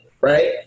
Right